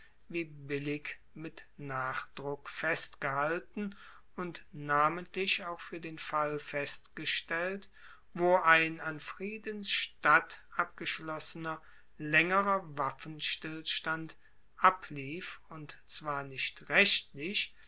wie billig mit nachdruck festgehalten und namentlich auch fuer den fall festgestellt wo ein an friedens statt abgeschlossener laengerer waffenstillstand ablief und zwar nicht rechtlich